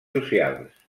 socials